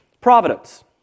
Providence